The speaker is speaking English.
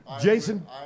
Jason